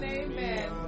amen